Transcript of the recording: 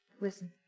Listen